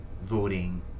voting